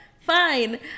Fine